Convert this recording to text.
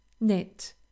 knit